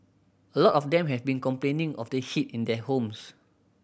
a lot of them have been complaining of the heat in their homes